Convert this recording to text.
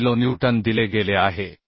91किलोन्यूटन दिले गेले आहे